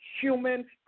human